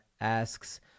asks